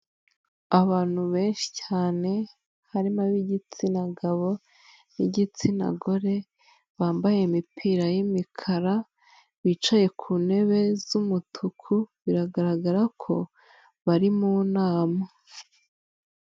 Abantu benshi cyane harimo abigitsina gabo nigitsina gore bambaye imipira y'imikara bicaye ku ntebe z'umutuku, biragaragara ko bari mu nama.